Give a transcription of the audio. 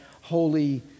holy